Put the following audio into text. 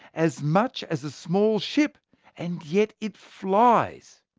as much as a small ship and yet it flies.